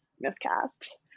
miscast